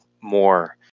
more